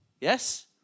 Yes